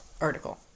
Article